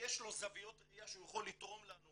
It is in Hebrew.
ויש לו זוויות ראיה שהוא יכול לתרום לנו,